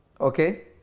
Okay